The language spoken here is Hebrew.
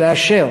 לצערי,